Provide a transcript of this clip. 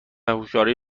هوشیاری